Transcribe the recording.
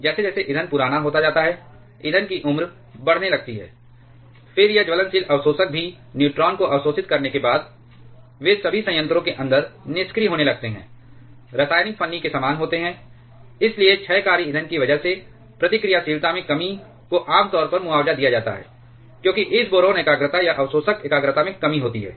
जैसे जैसे ईंधन पुराना होता जाता है ईंधन की उम्र बढ़ने लगती है फिर यह ज्वलनशील अवशोषक भी न्यूट्रॉन को अवशोषित करने के बाद वे भी संयंत्रों के अंदर निष्क्रिय होने लगते हैं रासायनिक फन्नी के समान होते हैं इसलिए क्षयकारी ईंधन की वजह से प्रतिक्रियाशीलता में कमी को आमतौर पर मुआवजा दिया जाता है क्योंकि इस बोरान एकाग्रता या अवशोषक एकाग्रता में कमी है